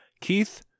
Keith